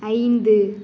ஐந்து